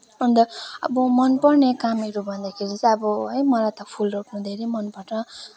अन्त अब मनपर्ने कामहरू भन्दाखेरि चाहिँ अब है मलाई त फुल रोप्न धेरै मनपर्छ